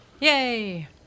Yay